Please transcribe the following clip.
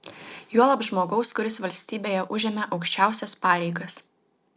juolab žmogaus kuris valstybėje užėmė aukščiausias pareigas